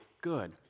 good